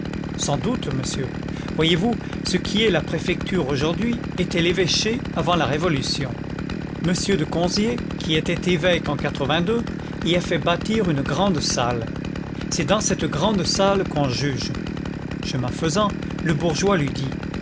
sans doute monsieur voyez-vous ce qui est la préfecture aujourd'hui était l'évêché avant la révolution monsieur de conzié qui était évêque en quatre-vingt-deux y a fait bâtir une grande salle c'est dans cette grande salle qu'on juge chemin faisant le bourgeois lui dit